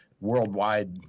worldwide